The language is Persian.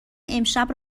امشب